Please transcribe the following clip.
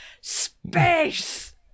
Space